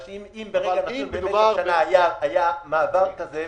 שאם במשך שנה היה מעבר כזה,